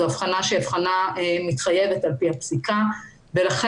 זו הבחנה שהיא הבחנה מתחייבת על פי הפסיקה ולכן,